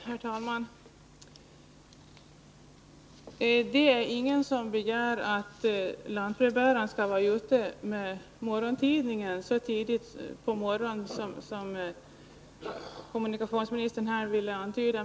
Herr talman! Det är ingen som begär att lantbrevbärarna skall vara ute med morgontidningen så tidigt på morgonen som kommunikationsministern tycktes antyda.